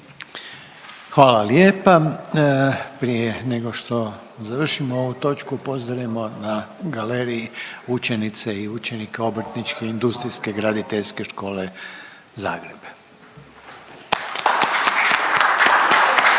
Hvala lijepa. Prije nego što završimo ovu točku pozdravimo na galeriji učenice i učenike Obrtničke industrijske graditeljske škole Zagreb.